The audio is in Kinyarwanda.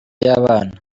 y’abana